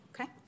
Okay